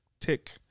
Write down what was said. tick